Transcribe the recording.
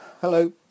hello